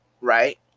right